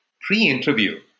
pre-interview